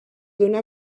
donar